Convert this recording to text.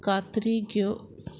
खात्री घेव